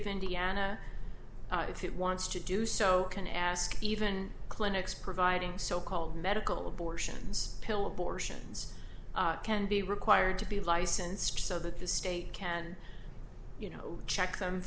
of indiana if it wants to do so can ask even clinics providing so called medical abortions pill abortions can be required to be licensed so that the state can you know check them